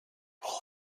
will